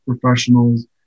professionals